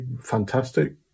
fantastic